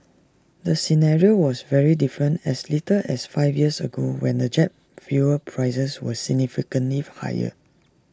the scenario was very different as little as five years ago when the jet fuel prices were significantly higher